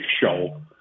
show